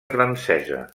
francesa